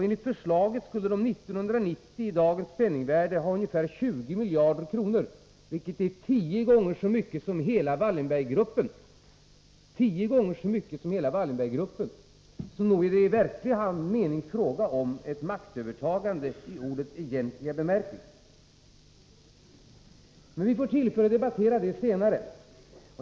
Enligt förslaget skulle de år 1990 ha ungefär 20 miljarder i dagens penningvärde, vilket är tio gånger så mycket som hela Wallenberggruppen! Så nog är det verkligen fråga om ett maktövertagande i ordets egentliga bemärkelse. Vi får tillfälle att debattera förslaget senare.